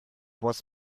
was